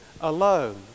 alone